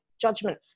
judgment